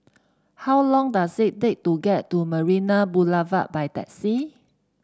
how long does it take to get to Marina Boulevard by taxi